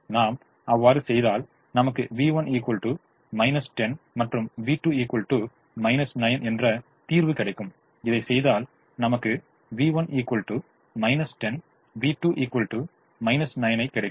நாம் அவ்வாறு செய்தால் நமக்கு v1 10 மற்றும் v2 9 என்ற தீர்வு கிடைக்கும் இதைச் செய்தால் நமக்கு v1 10 v2 9 ஐப் கிடைக்கும்